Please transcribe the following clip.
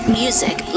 music